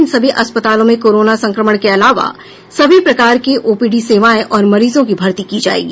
इन सभी अस्पतालों में कोरोना संक्रमण के अलावा सभी प्रकार के ओपीडी की सेवायें और मरीजों की भर्ती की जायेगी